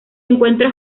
encuentra